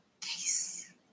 case